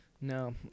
No